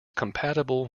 compatible